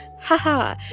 Haha